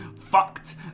fucked